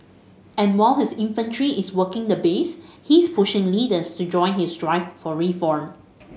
and while his infantry is working the base he's pushing leaders to join his drive for reform